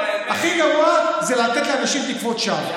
הכי גרוע זה לתת לאנשים תקוות שווא.